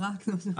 ה"רק" הזה.